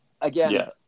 again